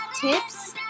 tips